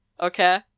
Okay